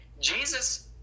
Jesus